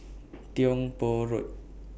Tiong Poh Road